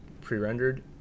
pre-rendered